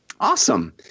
Awesome